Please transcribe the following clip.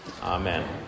Amen